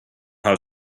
how